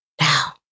Now